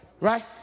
Right